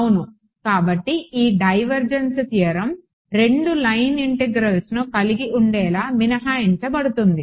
అవును కాబట్టి ఈ డైవర్జెన్స్ థియరం 2 లైన్ ఇంటెగ్రల్స్ను కలిగి ఉండేలా మినహాయించబడుతుంది